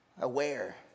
aware